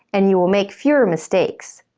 and you will make fewer mistakes.